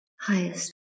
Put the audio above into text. highest